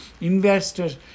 investors